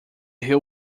hill